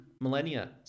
millennia